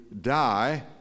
die